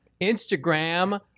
Instagram